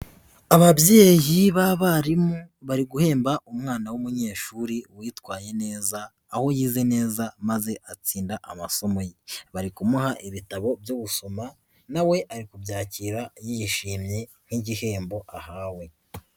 Ababyeyi b'abarimu bari guhemba umwana w'umunyeshuri witwaye neza aho yize neza maze atsinda amasomo ye, bari kumuha ibitabo byo gusoma na we ari kubyakira yishimye nk'igihembo ahawe.